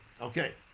okay